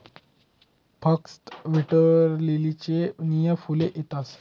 फकस्त वॉटरलीलीलेच नीया फुले येतस